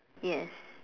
yes